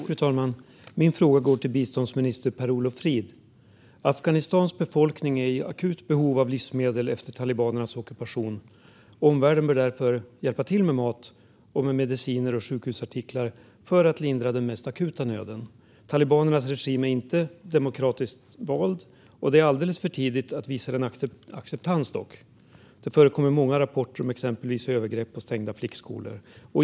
Fru talman! Min fråga går till biståndsminister Per Olsson Fridh. Afghanistans befolkning är i akut behov av livsmedel efter talibanernas ockupation. Omvärlden bör därför hjälpa till med mat, mediciner och sjukhusartiklar för att lindra den mest akuta nöden. Talibanernas regim är inte demokratiskt vald, och det är alldeles för tidigt att visa den acceptans. Det förekommer många rapporter om exempelvis övergrepp och stängda flickskolor.